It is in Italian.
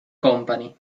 company